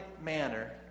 manner